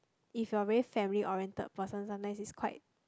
if you are a very family oriented person sometimes it's quite